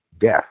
death